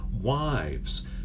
Wives